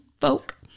folk